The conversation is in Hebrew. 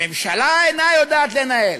הממשלה אינה יודעת לנהל,